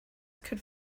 could